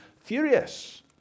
furious